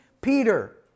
Peter